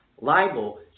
libel